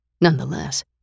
Nonetheless